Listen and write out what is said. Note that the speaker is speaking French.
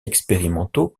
expérimentaux